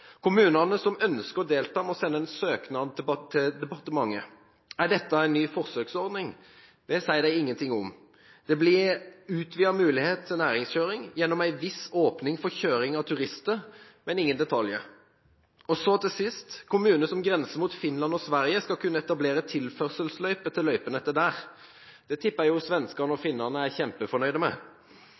Kommunene som ønsker å delta, må sende søknad til departementet. Er dette en ny forsøksordning? Det sier de ingenting om. Det blir utvidet mulighet til næringskjøring gjennom en viss åpning for kjøring av turister – men ingen detaljer. Så til sist: Kommuner som grenser mot Finland og Sverige, skal kunne etablere tilførselsløyper til løypenettet der. Det tipper jeg svenskene og finnene er kjempefornøyd med